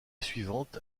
suivante